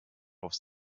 auf